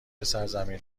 سرزمین